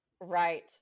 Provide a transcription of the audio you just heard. right